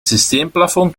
systeemplafond